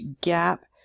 gap